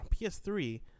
PS3